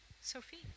Sophie